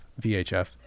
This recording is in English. VHF